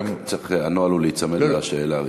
הנוהל הוא להיצמד לשאלה.